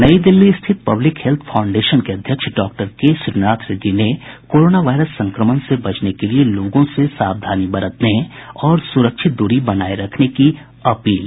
नई दिल्ली स्थित public health foundation के अध्यक्ष डॉक्टर के श्रीनाथ रेड्डी ने कोरोना वायरस संक्रमण से बचने के लिए लोगों से सावधानी बरतने और सुरक्षित दूरी बनाए रखने की अपील की